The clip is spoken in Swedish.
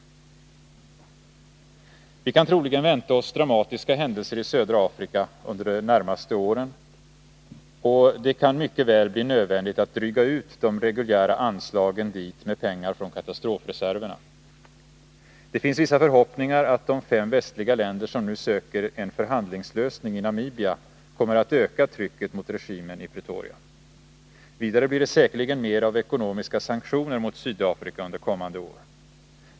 Vi kan troligen vänta oss dramatiska händelser i södra Afrika under de närmaste åren, och det kan mycket väl bli nödvändigt att dryga ut de reguljära anslagen dit med pengar från katastrofreserverna. Det finns vissa förhoppningar om att de fem västliga länder som nu söker en förhandlingslösning i Namibia kommer att öka trycket mot regimen i Pretoria. Vidare blir det säkerligen mer av ekonomiska sanktioner mot Sydafrika under kommande år.